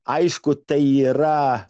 aišku tai yra